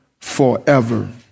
forever